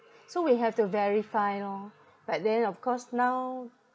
so we have to verify lor but then of course now